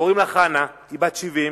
קוראים לה חנה, היא בת 70,